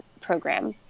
program